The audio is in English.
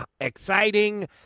exciting